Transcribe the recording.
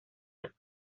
los